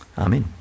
Amen